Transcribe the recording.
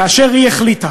כאשר היא החליטה